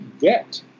get